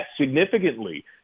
significantly